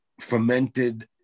fermented